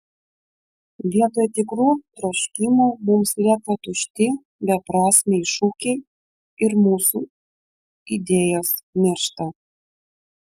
vietoj tikrų troškimų mums lieka tušti beprasmiai šūkiai ir mūsų idėjos miršta